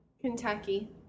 Kentucky